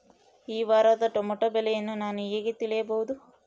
ಈ ವಾರದ ಟೊಮೆಟೊ ಬೆಲೆಯನ್ನು ನಾನು ಹೇಗೆ ತಿಳಿಯಬಹುದು?